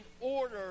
order